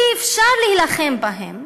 אי-אפשר להילחם בהם